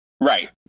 Right